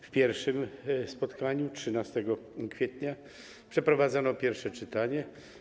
Na pierwszym spotkaniu 13 kwietnia przeprowadzono pierwsze czytanie.